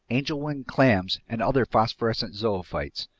angel-wing clams, and other phosphorescent zoophytes,